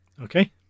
Okay